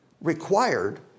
required